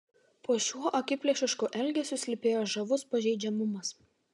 po šiuo akiplėšišku elgesiu slypėjo žavus pažeidžiamumas